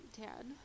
dad